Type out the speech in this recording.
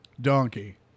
donkey